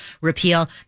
repeal